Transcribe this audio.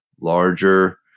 larger